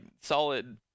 solid